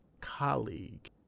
colleague